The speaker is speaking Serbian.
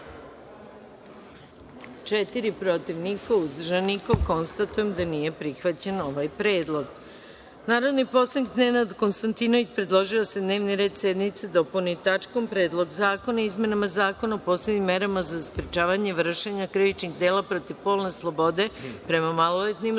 četiri, protiv – niko, uzdržanih - nema. Konstatujem da nije prihvaćen ovaj predlog. Narodni poslanik Nenad Konstantinović predložio je da se dnevni red sednice dopuni tačkom – Predlog zakona o izmenama Zakona o posebnim merama za sprečavanje vršenja krivičnih dela protiv polne slobode prema maloletnim